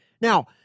Now